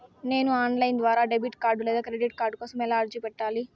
నేను online ద్వారా debit card లేదా క్రెడిట్ కార్డు కోసం ఎలా అర్జీ పెట్టాలి?